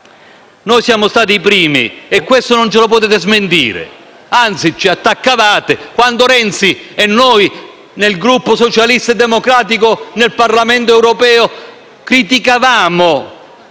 Noi siamo stati i primi a dirlo, questo non lo potete smentire, anzi ci attaccavate quando Renzi e noi nel Gruppo socialista e democratico del Parlamento europeo criticavamo